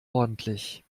ordentlich